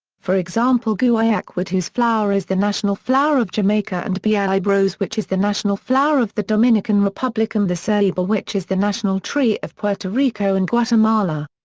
for example guaiac wood whose flower is the national flower of jamaica and bayahibe rose which is the national flower of the dominican republic and the ceiba which is the national tree of puerto rico and guatemala.